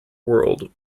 world